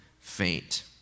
faint